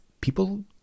people